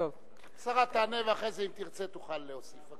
השרה תענה, ואחרי זה, אם תרצה, תוכל להוסיף.